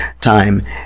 time